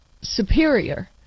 superior